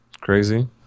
crazy